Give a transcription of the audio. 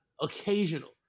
Occasional